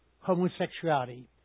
homosexuality